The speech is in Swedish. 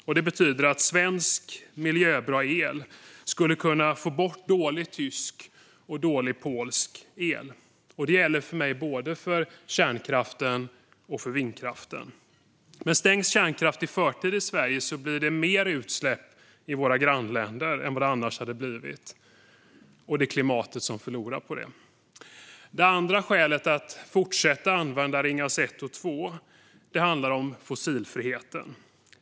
Detta betyder att svensk miljöbra el skulle kunna få bort dålig tysk och dålig polsk el, och det gäller både kärnkraften och vindkraften. Men stängs kärnkraft i förtid i Sverige blir det mer utsläpp i våra grannländer än vad det annars hade blivit, och det är klimatet som förlorar på det. Det andra skälet för att fortsätta använda Ringhals 1 och 2 handlar om fossilfriheten.